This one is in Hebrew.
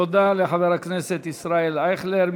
תודה לחבר הכנסת ישראל אייכלר.